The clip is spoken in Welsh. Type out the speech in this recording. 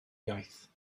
iaith